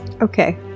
Okay